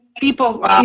people